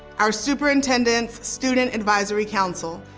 our superintendent's student advisory council.